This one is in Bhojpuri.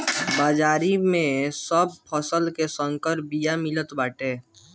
अब बाजारी में सब फसल के संकर बिया मिलत बाटे